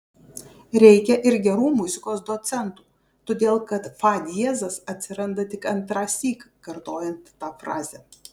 reikia ir gerų muzikos docentų todėl kad fa diezas atsiranda tik antrąsyk kartojant tą frazę